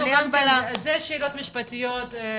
זה שאלות משפטיות,